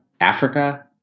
Africa